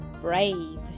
brave